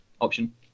option